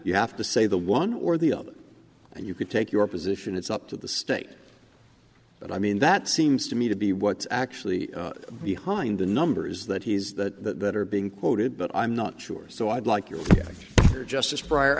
you have to say the one or the other and you can take your position it's up to the state but i mean that seems to me to be what's actually behind the numbers that he's that are being quoted but i'm not sure so i'd like your justice prior